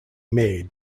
made